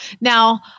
Now